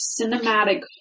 cinematic